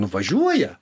nu važiuoja